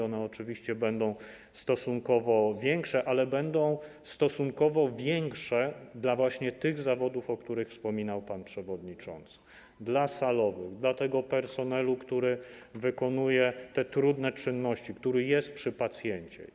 One oczywiście będą stosunkowo większe, ale będą stosunkowo większe właśnie dla tych zawodów, o których wspominał pan przewodniczący, dla salowych, dla tego personelu, który wykonuje te trudne czynności, który jest przy pacjencie.